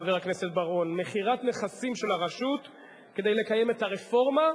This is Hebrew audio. חבר הכנסת בר-און: מכירת נכסים של הרשות כדי לקיים את הרפורמה,